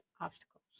obstacles